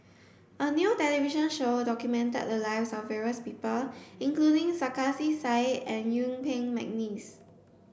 a new television show documented the lives of various people including Sarkasi Said and Yuen Peng McNeice